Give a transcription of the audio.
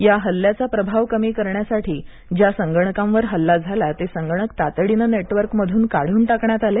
या हल्ल्याचा प्रभाव कमी करण्यासाठी ज्या संगणकावर हल्ला झाला ते संगणक तातडीने नेटवर्क मधून काढून टाकण्यात आले